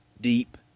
deep